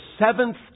seventh